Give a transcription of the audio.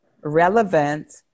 relevant